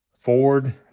Ford